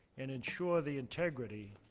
and ensure the integrity